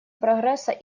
прогресса